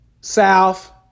South